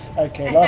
okay, last,